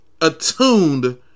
attuned